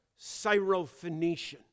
Syrophoenician